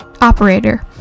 Operator